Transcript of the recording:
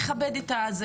תכבד את הדיון,